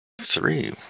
three